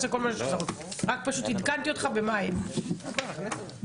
אלא שפשוט עדכנתי אותך מה היה עד עתה.